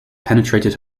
penetrated